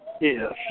Yes